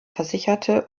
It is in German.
versicherte